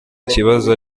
ikibazo